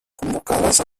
convocades